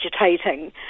agitating